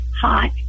hot